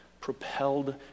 propelled